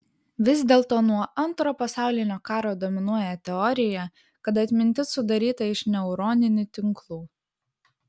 vis dėlto nuo antro pasaulinio karo dominuoja teorija kad atmintis sudaryta iš neuroninių tinklų